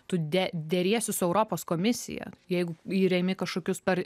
tu de deriesi su europos komisija jeigu ir remi kažkokius par